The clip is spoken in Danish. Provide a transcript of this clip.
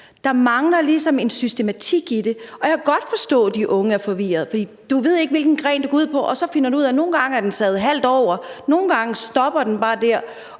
Der mangler ligesom en systematik i det. Og jeg kan godt forstå, at de unge er forvirrede, for du ved ikke, hvilken gren du går ud på, og så finder du ud af, at nogle gange er den savet halvt over, andre gange stopper den bare der,